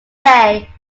bay